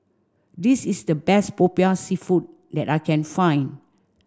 this is the best Popiah Seafood that I can find